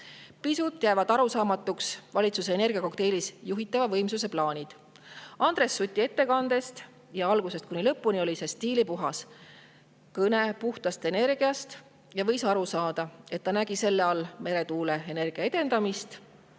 Pisut jäävad arusaamatuks valitsuse energiakokteilis juhitava võimsuse plaanid. Andres Suti ettekanne oli algusest kuni lõpuni stiilipuhas kõne puhtast energiast. Võis aru saada, et ta nägi selle all meretuuleenergia edendamist.